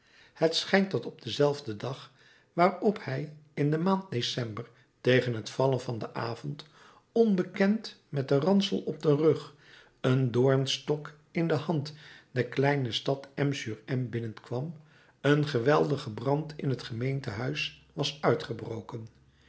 het schijnt dat op denzelfden dag waarop hij in de maand december tegen het vallen van den avond onbekend met den ransel op den rug een doornstok in de hand de kleine stad m sur m binnenkwam een geweldige brand in het gemeentehuis was uitgebroken